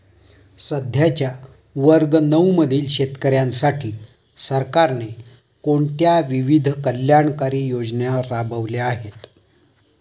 सध्याच्या वर्ग नऊ मधील शेतकऱ्यांसाठी सरकारने कोणत्या विविध कल्याणकारी योजना राबवल्या आहेत?